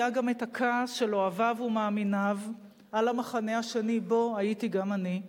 היה גם הכעס של אוהביו ומאמיניו על המחנה השני שבו הייתי גם אני.